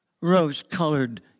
rose-colored